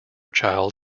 child